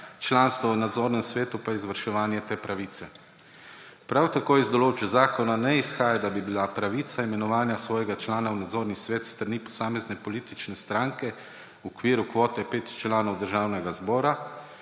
članstvo v nadzornem svetu pa izvrševanje te pravice. Prav tako iz določb zakona ne izhaja, da bi bila pravica imenovanja svojega člana v nadzorni svet s strani posamezne politične stranke v okviru kvote pet članov Državnega zbora,